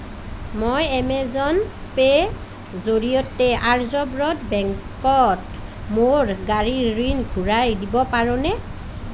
মই এমেজন পে'ৰ জৰিয়তে আৰ্যব্ৰত বেংকত মোৰ গাড়ীৰ ঋণ ঘূৰাই দিব পাৰোনে